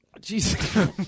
Jesus